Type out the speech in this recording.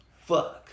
Fuck